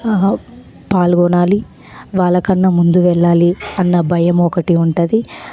పాల్గొనాలి వాళ్ళకన్నా ముందు వెళ్ళాలి అన్న భయం ఒకటి ఉంటుంది